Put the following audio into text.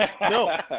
No